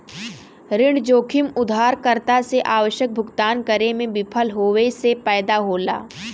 ऋण जोखिम उधारकर्ता से आवश्यक भुगतान करे में विफल होये से पैदा होला